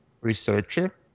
researcher